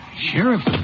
Sheriff